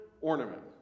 ornament